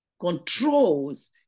controls